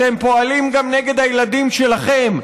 אתם פועלים גם נגד הילדים שלכם,